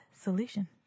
solution